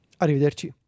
Arrivederci